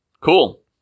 Cool